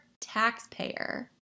taxpayer